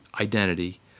identity